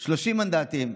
30. 30 מנדטים.